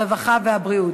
הרווחה והבריאות.